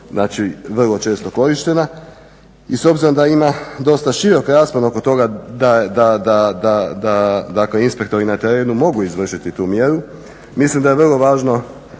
nije vrlo često korištena i s obzirom da ima dosta širok raspon oko toga da inspektori na terenu mogu izvršiti tu mjeru, mislim da je vrlo važno